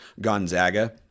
Gonzaga